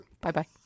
Bye-bye